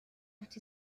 that